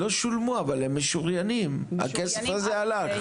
לא שולמו, אבל הם משוריינים, הכסף הזה הלך?